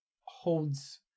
holds